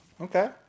Okay